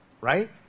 Right